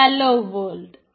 hello world